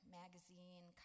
magazine